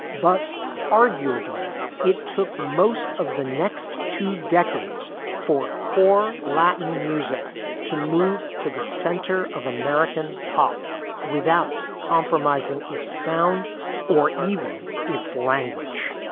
but arguably it took most of the next two decades for core latin music to move to the center of american pop without compromising its sound or even its language.